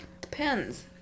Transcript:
depends